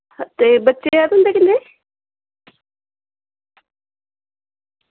ते बच्चे हे तुं'दे कन्नै